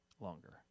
longer